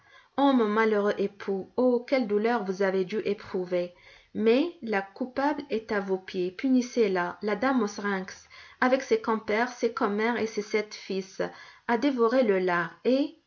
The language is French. ô mon malheureux époux oh quelle douleur vous avez dû éprouver mais la coupable est à vos pieds punissez la la dame mauserinks avec ses compères ses commères et ses sept fils a dévoré le lard et